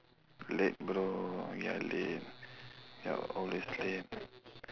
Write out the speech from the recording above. late bro you're late you're always late